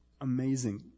amazing